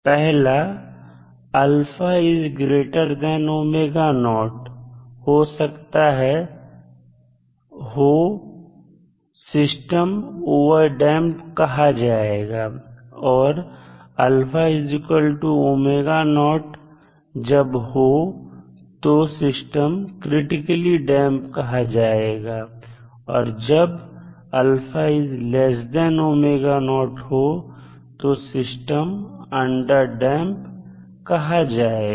पहला जब हो तो सिस्टम ओवरटडैंप कहा जाएगा और जब हो तो सिस्टम क्रिटिकली डैंप कहा जाएगा और जब हो तो सिस्टम अंडरडैंप कहा जाएगा